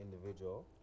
individual